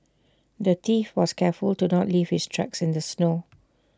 the thief was careful to not leave his tracks in the snow